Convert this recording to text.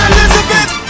Elizabeth